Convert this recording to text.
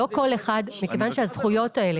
מכיוון שהזכויות האלה,